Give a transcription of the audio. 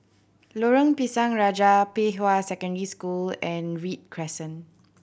Lorong Pisang Raja Pei Hwa Secondary School and Read Crescent